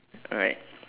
alright